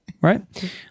Right